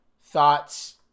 thoughts